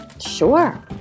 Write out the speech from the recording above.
Sure